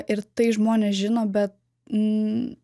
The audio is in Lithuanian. ir tai žmonės žino bet n